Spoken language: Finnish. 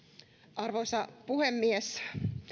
arvoisa puhemies